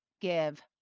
give